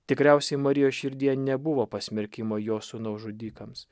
tikriausiai marijos širdyje nebuvo pasmerkimo jo sūnaus žudikams